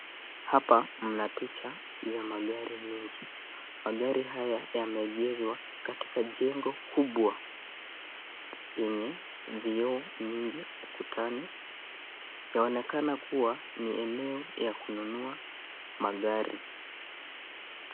Hapa mna picha ya magari mingi. Magari haya yameegezwa katika jengo kubwa yenye vioo nyingi ukutani. Yaonekana kuwa ni eneo ya kununua magari.